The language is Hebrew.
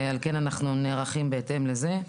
ועל כן אנחנו נערכים בהתאם לזה.